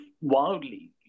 wildly